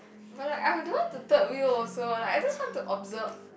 but like I don't want to third wheel also like I just want to observe